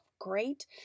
great